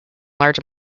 large